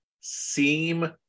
seem